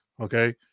Okay